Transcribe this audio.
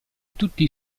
tutti